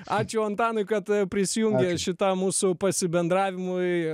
ačiū antanui kad prisijungė šitam mūsų pasibendravimui